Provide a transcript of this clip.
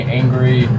angry